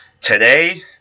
today